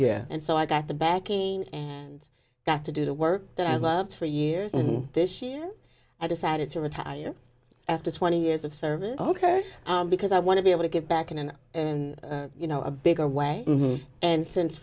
yeah and so i got the backing and got to do the work that i loved for years and this year i decided to retire after twenty years of service ok because i want to be able to get back in and in you know a bigger way and since